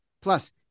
plus